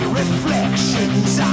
reflections